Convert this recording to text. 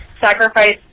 sacrifice